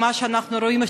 מה שאנחנו רואים,